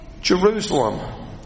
Jerusalem